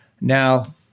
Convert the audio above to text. Now